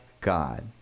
God